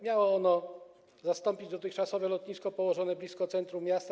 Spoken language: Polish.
Miało ono zastąpić dotychczasowe lotnisko położone blisko centrum miasta.